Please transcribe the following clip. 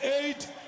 eight